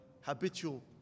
habitual